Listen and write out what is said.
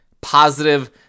positive